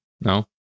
No